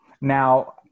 Now